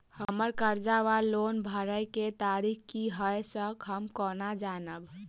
हम्मर कर्जा वा लोन भरय केँ तारीख की हय सँ हम केना जानब?